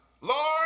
Lord